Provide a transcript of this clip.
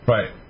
Right